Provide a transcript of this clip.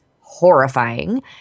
horrifying